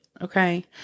Okay